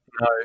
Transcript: no